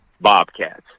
bobcats